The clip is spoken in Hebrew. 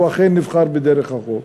והוא אכן נבחר בדרך החוק,